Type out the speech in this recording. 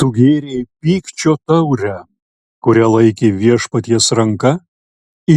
tu gėrei pykčio taurę kurią laikė viešpaties ranka